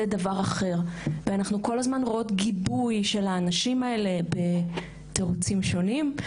זה דבר אחר ואנחנו כל הזמן רואות גיבוי של האנשים האלה בתירוצים שונים,